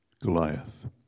Goliath